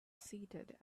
seated